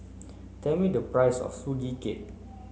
tell me the price of Sugee Cake